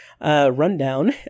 rundown